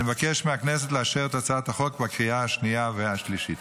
אני מבקש מהכנסת לאשר את הצעת החוק בקריאה השנייה והשלישית.